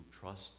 trust